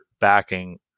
backing